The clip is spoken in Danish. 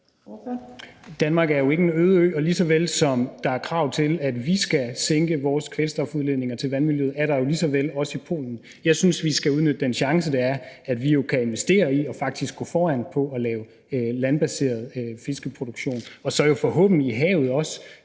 Danmark er jo ikke en øde ø, og lige så vel som der er krav til, at vi skal sænke vores kvælstofudledning til vandmiljøet, er der jo også krav i Polen. Jeg synes, vi skal udnytte den chance, det er, at vi jo kan investere i og faktisk gå foran med at lave landbaseret fiskeproduktion. Og så vil havet forhåbentlig også